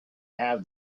have